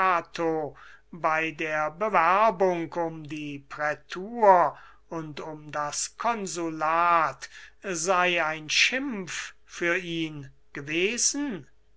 bei der bewerbung um die prätur und um das consulat sei ein schimpf für ihn gewesen